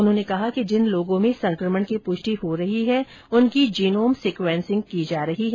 उन्होंने कहा कि जिन लोगों में संक्रमण की पुष्टि हो रही है उनकी जीनोम सीक्वेसिंग की जा रही है